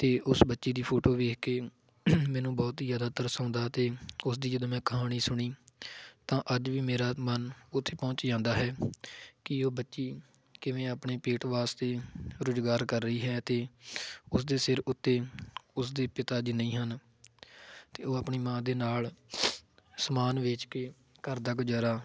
ਅਤੇ ਉਸ ਬੱਚੀ ਦੀ ਫੋਟੋ ਵੇਖ ਕੇ ਮੈਨੂੰ ਬਹੁਤ ਹੀ ਜ਼ਿਆਦਾ ਤਰਸ ਆਉਂਦਾ ਅਤੇ ਉਸ ਦੀ ਜਦੋਂ ਮੈਂ ਕਹਾਣੀ ਸੁਣੀ ਤਾਂ ਅੱਜ ਵੀ ਮੇਰਾ ਮਨ ਉੱਥੇ ਪਹੁੰਚ ਜਾਂਦਾ ਹੈ ਕਿ ਉਹ ਬੱਚੀ ਕਿਵੇਂ ਆਪਣੇ ਪੇਟ ਵਾਸਤੇ ਰੁਜ਼ਗਾਰ ਕਰ ਰਹੀ ਹੈ ਅਤੇ ਉਸ ਦੇ ਸਿਰ ਉੱਤੇ ਉਸਦੇ ਪਿਤਾ ਜੀ ਨਹੀਂ ਹਨ ਅਤੇ ਉਹ ਆਪਣੀ ਮਾਂ ਦੇ ਨਾਲ ਸਮਾਨ ਵੇਚ ਕੇ ਘਰ ਦਾ ਗੁਜ਼ਾਰਾ